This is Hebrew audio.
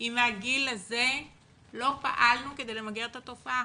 אם בגיל הזה לא פעלנו כדי למגר את התופעה.